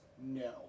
no